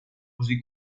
così